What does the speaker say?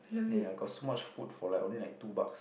then I got so much food for like only like two bucks